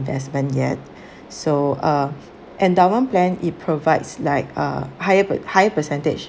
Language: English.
investment yet so uh endowment plan it provides like uh higher pe~ higher percentage